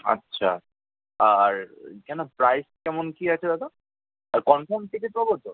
আচ্ছা আর কেন প্রাইস কেমন কী আছে দাদা আর কনফার্ম টিকিট পাব তো